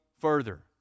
further